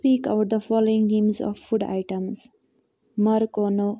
speak out the following names of food items مارکونو